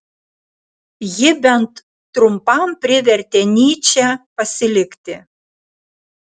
ji bent trumpam privertė nyčę pasilikti